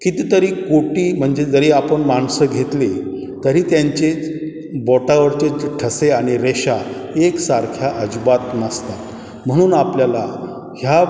कितीतरी कोटी म्हणजे जरी आपण माणसं घेतली तरी त्यांचे बोटावरचे ज ठसे आणि रेषा एकसारख्या अजिबात नसतात म्हणून आपल्याला ह्या